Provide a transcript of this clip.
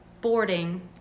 boarding